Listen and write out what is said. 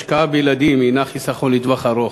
השקעה בילדים היא חיסכון לטווח ארוך,